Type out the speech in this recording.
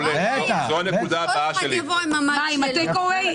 כל אחד יבוא עם --- מה, עם הטייק-אווי?